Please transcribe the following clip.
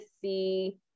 see